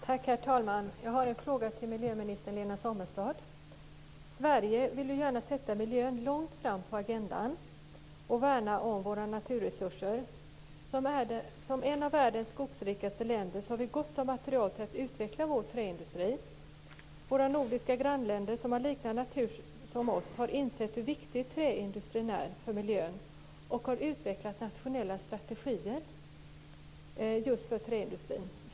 Herr talman! Jag har en fråga till statsrådet Lena Sommestad. I Sverige vill vi gärna sätta miljön långt upp på agendan och värna våra naturresurser. Som ett av världens skogrikaste länder har vi gott om material för att utveckla vår träindustri. Våra nordiska grannländer, som har liknande natur, har insett hur viktig träindustrin är för miljön och har utvecklat nationella strategier just för träindustrin.